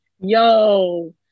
Yo